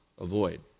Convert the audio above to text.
avoid